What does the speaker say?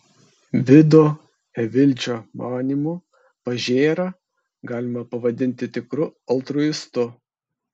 vido evilčio manymu pažėrą galima pavadinti tikru altruistu